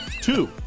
Two